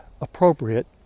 appropriate